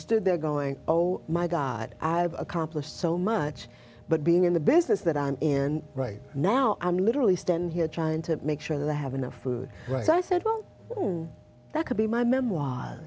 stood there going oh my god i've accomplished so much but being in the business that i'm in right now i'm literally standing here trying to make sure the have enough food right so i said well that could be my memoir